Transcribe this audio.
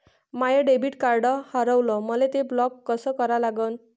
माय debit card हारवलं, मले ते ब्लॉक कस करा लागन?